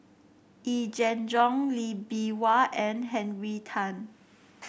Yee Jenn Jong Lee Bee Wah and Henry Tan